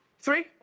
three,